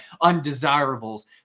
undesirables